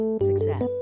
success